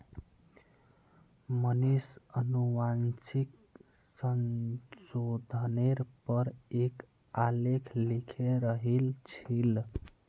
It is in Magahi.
मनीष अनुवांशिक संशोधनेर पर एक आलेख लिखे रहिल छील